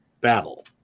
BATTLE